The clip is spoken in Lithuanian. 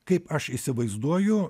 kaip aš įsivaizduoju